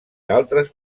d’altres